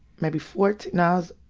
maybe fourteen, no,